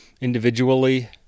individually